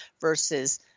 versus